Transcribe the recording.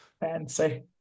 Fancy